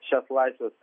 šias laisves